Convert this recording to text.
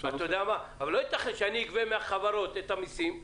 אבל לא יתכן שאני אגבה מהחברות את המסים,